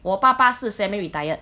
我爸爸是 semi-retired